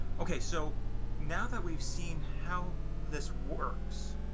ok. so now that we've seen how this works,